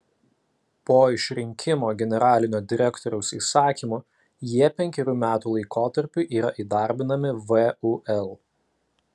po išrinkimo generalinio direktoriaus įsakymu jie penkerių metų laikotarpiui yra įdarbinami vul